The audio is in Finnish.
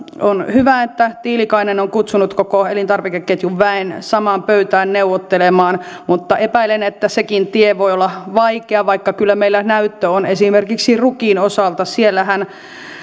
on hyvä että tiilikainen on kutsunut koko elintarvikeketjun väen samaan pöytään neuvottelemaan mutta epäilen että sekin tie voi olla vaikea vaikka kyllä meillä näyttöä on esimerkiksi rukiin osalta siellähän